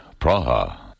Praha